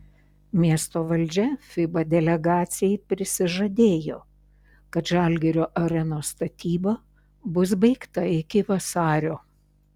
miesto valdžia fiba delegacijai prisižadėjo kad žalgirio arenos statyba bus baigta iki vasario